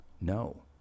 no